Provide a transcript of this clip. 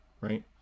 right